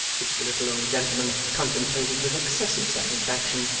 which the little old gentleman contemplated with excessive satisfaction,